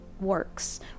works